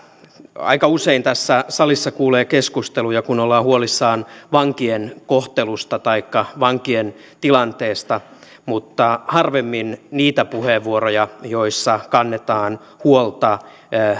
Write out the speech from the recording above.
aika usein tässä salissa kuulee keskusteluja kun ollaan huolissaan vankien kohtelusta taikka vankien tilanteesta mutta harvemmin niitä puheenvuoroja joissa kannetaan huolta